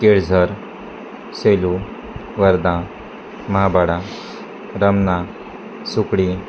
Kelzar Seloo Wardha Mahabada Ramna Sukdi